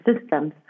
systems